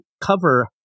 cover